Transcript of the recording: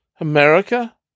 America